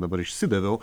dabar išsidaviau